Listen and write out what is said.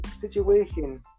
situation